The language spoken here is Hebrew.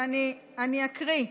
ואני אקריא: